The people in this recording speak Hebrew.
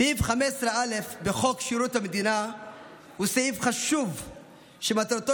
סעיף 15א לחוק שירות המדינה הוא סעיף חשוב שמטרתו